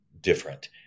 different